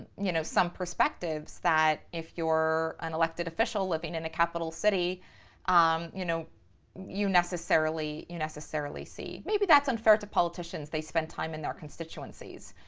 you know, some perspectives that if you're an elected official living in a capital city um you know you necessarily you necessarily see. maybe that's unfair to politicians they spend time in their constituencies.